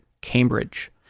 Cambridge